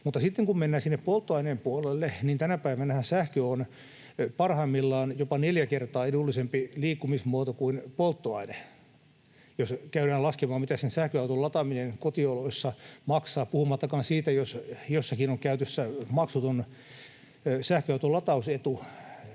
autoissa. Sitten kun mennään sinne polttoaineen puolelle, niin tänä päivänähän sähkö on parhaimmillaan jopa neljä kertaa edullisempi liikkumismuoto kuin polttoaine, jos käydään laskemaan, mitä sen sähköauton lataaminen kotioloissa maksaa, puhumattakaan siitä, jos jossakin on käytössä maksuton sähköauton latausetu